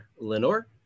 Lenore